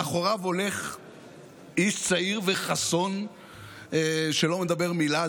מאחוריו הולך איש צעיר וחסון שלא מדבר מילה.